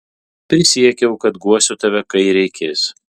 prisiekiau kad guosiu tave kai reikės